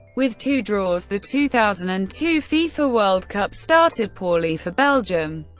with two draws, the two thousand and two fifa world cup started poorly for belgium,